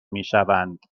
میشوند